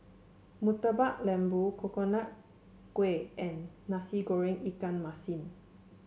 Murtabak Lembu Coconut Kuih and Nasi Goreng Ikan Masin